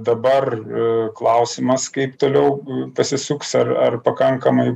dabar klausimas kaip toliau pasisuks ar ar pakankamai